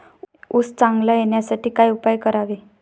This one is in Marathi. ऊस चांगला येण्यासाठी काय उपाय करावे?